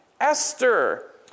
Esther